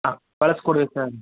ಹಾಂ ಕಳ್ಸ್ಕೊಡ್ಬೇಕು ಮ್ಯಾಮ್